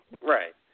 Right